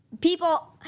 People